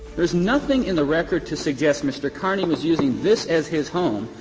there's nothing in the record to suggest mr. carney was using this as his home.